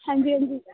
ਹਾਂਜੀ ਹਾਂਜੀ